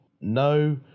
No